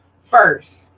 first